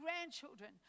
grandchildren